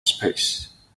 space